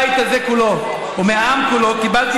מחברי הבית הזה כולו ומהעם כולו קיבלתי